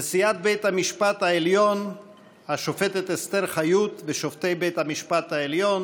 נשיאת בית המשפט העליון השופטת אסתר חיות ושופטי בית המשפט העליון,